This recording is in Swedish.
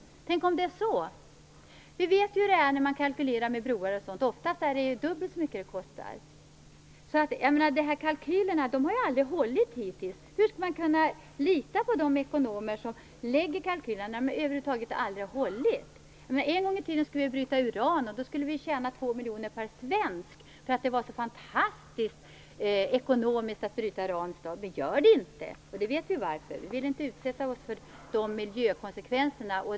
Tänk om det är så? Vi vet hur det är när man kalkylerar för broar och liknande. Ofta kostar det dubbelt så mycket. Kalkylerna har hittills aldrig hållit. Hur skall man kunna lita på de ekonomer som lägger fram kalkyler när de över huvud taget aldrig har hållit? En gång i tiden skulle vi bryta uran, och då skulle vi tjäna 2 miljoner per svensk, eftersom det var så fantastiskt ekonomiskt att bryta i Ranstad. Men det gör vi inte, och vi vet varför. Vi vill inte utsätta oss för de miljökonsekvenserna.